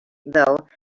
though